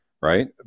right